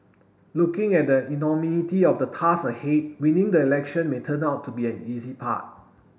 looking at the enormity of the task ahead winning the election may turn out to be the easy part